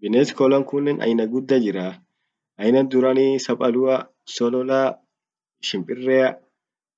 Bines qolan qunen aina guda jiraa. ainan duran sapalua. solola. shimpirea.